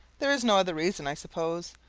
there is no other reason, i suppose.